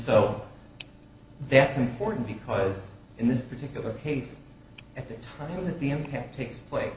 so that's important because in this particular case at the time the impact takes pla